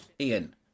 Ian